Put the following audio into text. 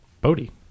Bodhi